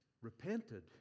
repented